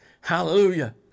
Hallelujah